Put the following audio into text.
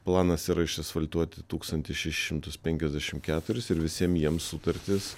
planas yra išasfaltuoti tūkstantį šešis šimtus penkiasdešimt keturis ir visiem jiem sutartys